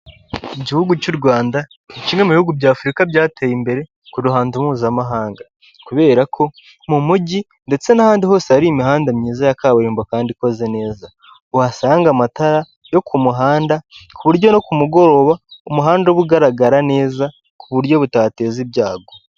Igihugu cy'u Rwanda ni kimwe mu bihugu bya Afurika byateye imbere ku ruhando mpuzamahanga, kubera ko mu mujyi ndetse n'ahandi hose hari imihanda myiza ya kaburimbo kandi ikoze neza, wahasanga amatara yo ku muhanda ku buryo no ku mugoroba umuhanda uba ugaragara neza ku buryo butateza ibyago.